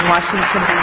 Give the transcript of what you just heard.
Washington